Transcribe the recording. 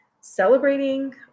celebrating